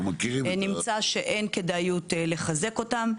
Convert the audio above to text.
נמצא שאין כדאיות לחזק אותם.